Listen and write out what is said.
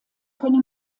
könne